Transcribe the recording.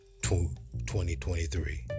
2023